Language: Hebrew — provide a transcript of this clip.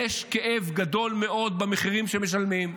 יש כאב גדול מאוד במחירים שמשלמים,